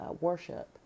worship